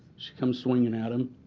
she comes swinging at him.